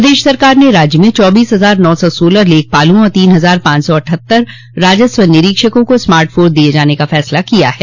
प्रदेश सरकार ने राज्य में चौबीस हजार नौ सौ सोलह लेखपालों और तीन हजार पांच सौ अठ्हत्तर राजस्व निरीक्षकों को स्मार्ट फोन दिये जाने का फैसला किया है